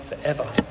forever